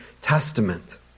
Testament